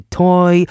toy